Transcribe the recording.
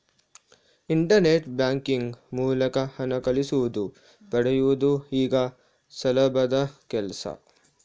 internet banking ಮೂಲಕ ಹಣ ಕಳಿಸುವುದು ಪಡೆಯುವುದು ಈಗ ಸುಲಭದ ಕೆಲ್ಸ